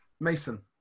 Mason